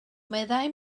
meddai